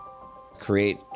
create